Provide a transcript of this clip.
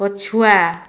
ପଛୁଆ